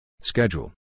Schedule